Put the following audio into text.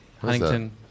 Huntington